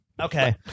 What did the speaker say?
okay